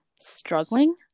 struggling